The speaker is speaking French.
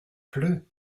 pleut